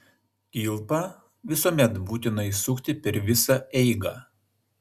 kilpą visuomet būtina įsukti per visą eigą